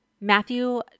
Matthew